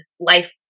life